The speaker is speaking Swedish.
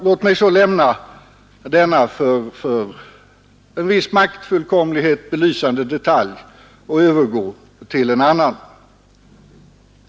Låt mig så lämna denna för en viss maktfullkomlighet belysande detalj och övergå till en annan.